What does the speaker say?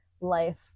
life